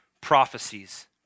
prophecies